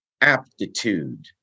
aptitude